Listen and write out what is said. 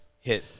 ...hit